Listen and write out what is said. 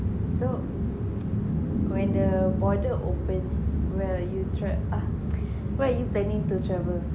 so when the border opens where are you track ah where are you planning to travel